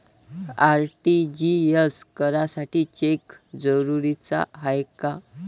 RTGS करासाठी cheque जरुरीचा हाय काय?